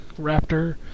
Raptor